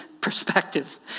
perspective